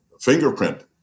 fingerprint